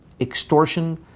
extortion